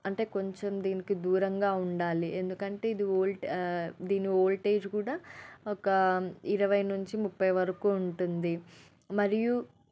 అంటే కొంచెం దీనికి దూరంగా ఉండాలి ఎందుకంటే ఇది ఓల్ట్ దీని వోల్టేజ్ కూడా ఒక ఇరవై నుంచి ముప్పై వరకు ఉంటుంది మరియు